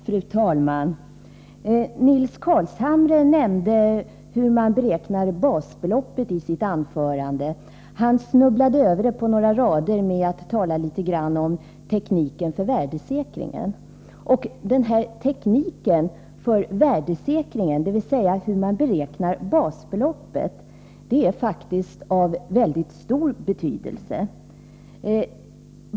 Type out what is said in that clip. Fru talman! Nils Carlshamre nämnde i sitt anförande hur man beräknar basbeloppet. Han snubblade över det med att tala litet grand om tekniken för värdesäkringen. Men tekniken för värdesäkring, dvs. hur man beräknar basbeloppet, är faktiskt av mycket stor betydelse.